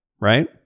right